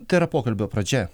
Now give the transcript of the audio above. tai yra pokalbio pradžia